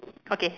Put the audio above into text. okay